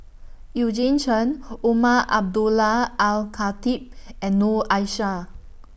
Eugene Chen Umar Abdullah Al Khatib and Noor Aishah